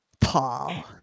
Paul